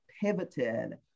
pivoted